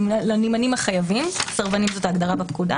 לנמענים החייבים סרבנים זאת הגדרה בפקודה